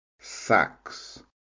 sax